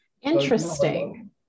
Interesting